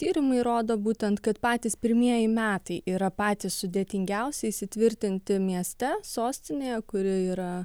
tyrimai rodo būtent kad patys pirmieji metai yra patys sudėtingiausi įsitvirtinti mieste sostinėje kuri yra